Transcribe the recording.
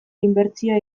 inbertsioa